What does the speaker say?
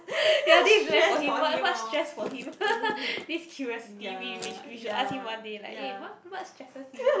this is meant for him what what stress for him this curiosity we we we should ask him one day like eh what what stresses you